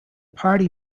party